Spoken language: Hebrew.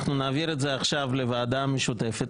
אנחנו נעביר את זה עכשיו לוועדה המשותפת,